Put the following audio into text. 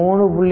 இது 3